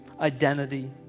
identity